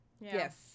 yes